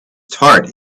tart